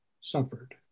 suffered